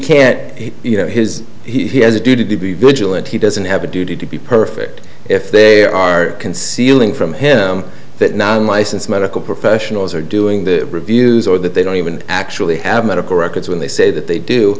can't you know his he has a duty to be vigilant he doesn't have a duty to be perfect if there are concealing from him that nine licensed medical professionals are doing the reviews or that they don't even actually have medical records when they say that they do